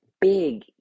big